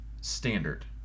standard